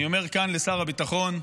אני אומר כאן לשר הביטחון,